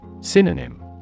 Synonym